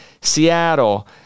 Seattle